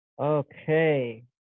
Okay